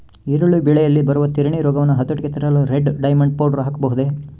ಈರುಳ್ಳಿ ಬೆಳೆಯಲ್ಲಿ ಬರುವ ತಿರಣಿ ರೋಗವನ್ನು ಹತೋಟಿಗೆ ತರಲು ರೆಡ್ ಡೈಮಂಡ್ ಪೌಡರ್ ಹಾಕಬಹುದೇ?